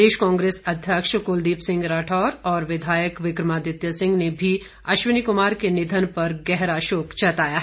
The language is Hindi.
प्रदेश कांग्रेस अध्यक्ष कुलदीप सिंह राठौर और विधायक विक्रमादित्य सिंह ने भी अश्वनी कुमार के निधन गहरा शोक प्रकट किया है